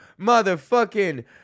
motherfucking